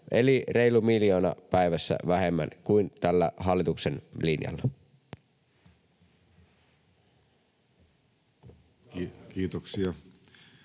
eli reilu miljoona päivässä vähemmän kuin tällä hallituksen linjalla. [Pekka